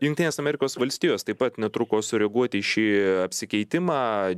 jungtinės amerikos valstijos taip pat netruko sureaguoti į šį apsikeitimą